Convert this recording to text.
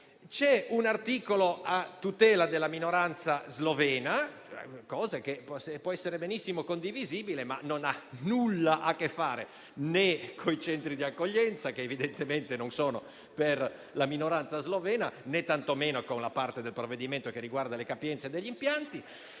altro articolo a tutela della minoranza slovena, che può essere condivisibile, ma non ha nulla a che fare con i centri di accoglienza, che evidentemente non sono per la minoranza slovena, né tantomeno con la parte del provvedimento che riguarda le capienze degli impianti.